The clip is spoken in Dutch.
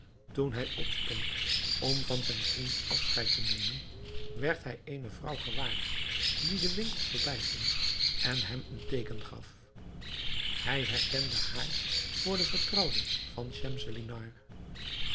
toen hij opstond om van zijn vriend afscheid te nemen werd hij eene vrouw gewaar die den winkel voorbij ging en hem een teeken gaf hij herkende haar voor de vertrouwde van